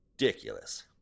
ridiculous